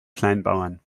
kleinbauern